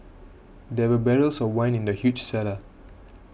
there were barrels of wine in the huge cellar